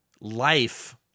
life